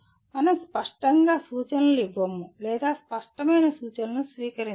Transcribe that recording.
మనం స్పష్టంగా సూచనలు ఇవ్వము లేదా స్పష్టమైన సూచనలను స్వీకరించము